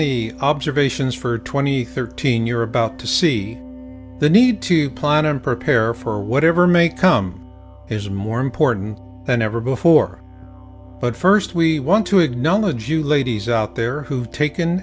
the observations for twenty thirteen you're about to see the need to plan and prepare for whatever may come is more important than ever before but first we want to acknowledge you ladies out there who've taken